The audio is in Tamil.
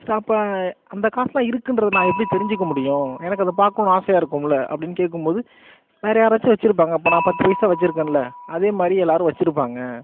சரி அப்போ அந்த காசுலாம் இருக்கின்றத நான் எப்படி தெரிஞ்சிக்க முடியும் எனக்கு அதை பார்க்கணும் ஆசையாக இருக்குமுல்ல அப்டினு கேட்கும் போது வேறே யாராச்சும் வச்சிருப்பாங்க அப்போ நான் பத்து பைசா வச்சிருக்கேன்ல அதே மாதிரி எல்லாரும் வச்சிருப்பாங்க